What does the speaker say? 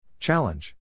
Challenge